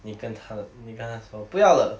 你跟他的你跟他说不要了